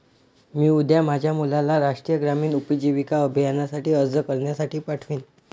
मी उद्या माझ्या मुलाला राष्ट्रीय ग्रामीण उपजीविका अभियानासाठी अर्ज करण्यासाठी पाठवीन